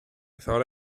thought